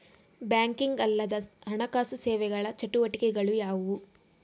Banking ಅಲ್ಲದ ಹಣಕಾಸು ಸೇವೆಗಳ ಚಟುವಟಿಕೆಗಳು ಯಾವುವು?